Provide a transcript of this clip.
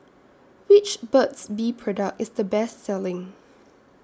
Which Burt's Bee Product IS The Best Selling